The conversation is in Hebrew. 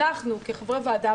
אנחנו כחברי ועדה,